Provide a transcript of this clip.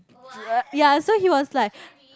ya so he was like